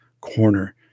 Corner